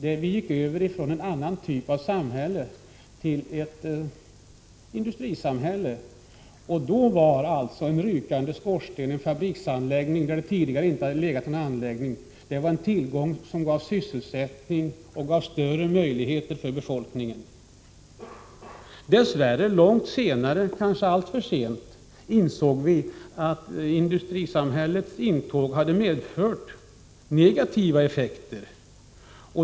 Vi övergick från en annan typ av samhälle till ett industrisamhälle, och då innebar en rykande skorsten eller en fabriksanläggning där det tidigare inte legat någon anläggning tillgångar som gav sysselsättning och större möjligheter för befolkningen. Dess värre insåg vi först långt senare — kanske alltför sent — att industrisamhällets intåg medfört negativa effekter.